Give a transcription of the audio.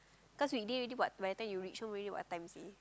cause weekday already [what] by the time you reach home already what time seh